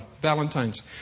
Valentine's